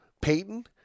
Payton